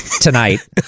tonight